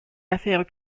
affaires